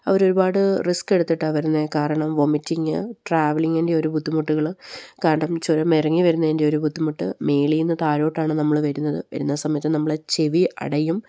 അവർ ഒരുപാട് റിസ്ക് എടുത്തിട്ട് വരുന്നത് കാരണം വോമിറ്റിങ്ങ് ട്രാവലിങ്ങിൻ്റെ ഒരു ബുദ്ധിമുട്ടുകൾ കാരണം ചുരം ഇറങ്ങി വരുന്നതിൻ്റെ ഒരു ബുദ്ധിമുട്ട് മുകളിൽ നിന്ന് തഴോട്ടാണ് നമ്മൾ വരുന്നത് വരുന്ന സമയത്ത് നമ്മളെ ചെവി അടയും